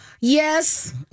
yes